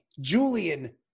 Julian